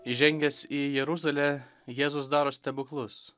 įžengęs į jeruzalę jėzus daro stebuklus